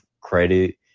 credit